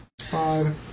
five